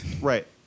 right